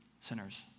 sinners